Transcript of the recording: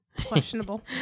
questionable